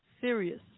Serious